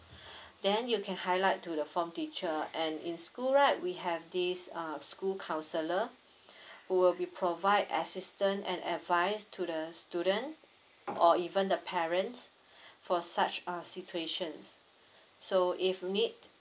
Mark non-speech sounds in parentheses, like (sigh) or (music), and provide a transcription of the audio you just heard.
(breath) then you can highlight to the form teacher and in school right we have this uh school counsellor who will be provide assistance and advice to the student or even the parents for such uh situations so if you need